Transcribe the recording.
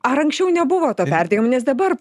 ar anksčiau nebuvo to perdegimo nes dabar